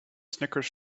snickers